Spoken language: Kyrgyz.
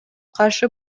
каршы